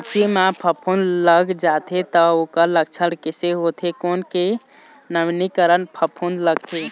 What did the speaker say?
मिर्ची मा फफूंद लग जाथे ता ओकर लक्षण कैसे होथे, कोन के नवीनीकरण फफूंद लगथे?